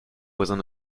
voisins